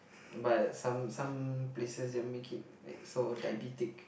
but some some places they make it like so diabetic